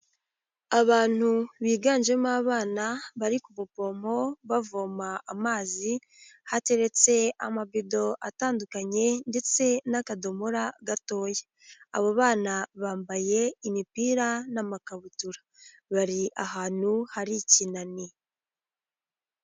Abantu biganjemo abana bari ku buvomo bavoma amazi, hateretse amabido atandukanye ndetse n'akadomora gatoya, abo bana bambaye imipira n'amakabutura, bari ahantu hari ikinani.